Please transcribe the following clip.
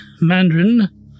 Mandarin